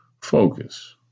Focus